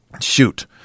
shoot